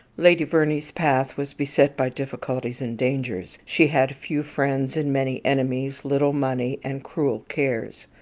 lady verney's path was beset by difficulties and dangers. she had few friends and many enemies, little money and cruel cares.